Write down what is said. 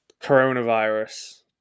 coronavirus